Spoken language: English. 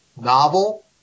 novel